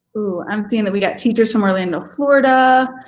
ooh, i'm seeing that we got teachers from orlando, florida,